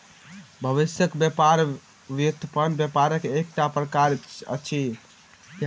भविष्यक व्यापार व्युत्पन्न व्यापारक एकटा प्रकार अछि